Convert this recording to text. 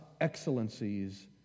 excellencies